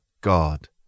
God